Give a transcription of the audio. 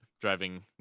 driving